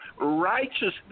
righteousness